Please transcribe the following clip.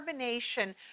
carbonation